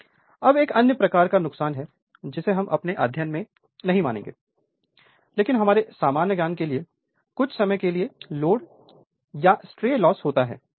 Refer Slide Time 1431 अब एक अन्य प्रकार का नुकसान है जिसे हम अपने अध्ययन में नहीं मानेंगे लेकिन हमारे सामान्य ज्ञान के लिए कुछ समय के लिए लोड या सट्रे लॉस होता है